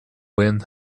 wind